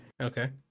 Okay